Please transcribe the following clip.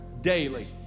daily